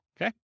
okay